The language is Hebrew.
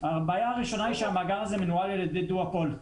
לוקחים הלוואה לקנות אוטובוס,